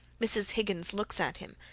mrs. higgins looks at him,